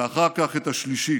ואחר כך את השלישית.